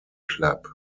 club